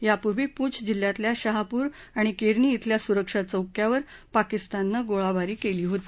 यापूर्वी पूंछ जिल्ह्यातल्या शहापूर आणि केरनी श्विल्या सुरक्षा चौक्यावर पाकिस्ताननं गोळीबार केला होता